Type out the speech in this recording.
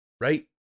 right